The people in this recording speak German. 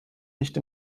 nicht